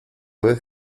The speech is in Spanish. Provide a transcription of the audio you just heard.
vez